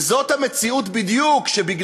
וזאת בדיוק המציאות שבגללה,